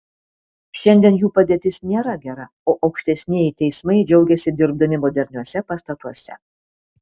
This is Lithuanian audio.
šiandien jų padėtis nėra gera o aukštesnieji teismai džiaugiasi dirbdami moderniuose pastatuose